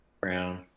Brown